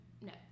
no